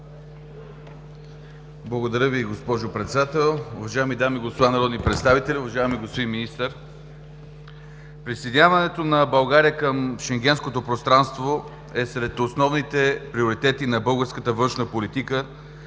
Благодаря Ви, госпожо Председател. Уважаеми дами и господа народни представители, уважаеми господин Министър! Присъединяването на България към Шенгенското пространство е сред основните приоритети на българската външна политика